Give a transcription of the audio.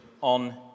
on